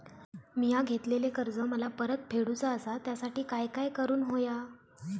मिया घेतलेले कर्ज मला परत फेडूचा असा त्यासाठी काय काय करून होया?